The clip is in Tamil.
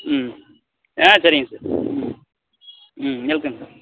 ம் ஆ சரிங்க சார் ம் ம் வெல்கம் சார்